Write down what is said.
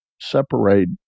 separate